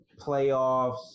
playoffs